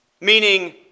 meaning